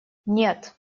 нет